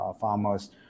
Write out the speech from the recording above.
farmers